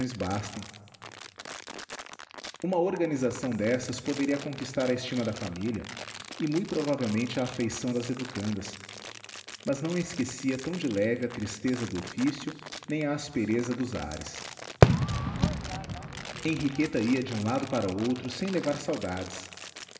bastem uma organização dessas poderia conquistar a estima da família e mui provavelmente a afeição das www nead unama br educandas mas não esquecia tão de leve a tristeza do ofício nem a aspereza dos ares henriqueta ia de um lado para outro sem levar saudades